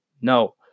No